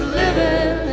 living